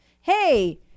hey